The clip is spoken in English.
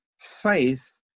faith